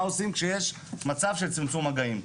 מה עושים כשיש מצב של צמצום מגעים.